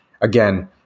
again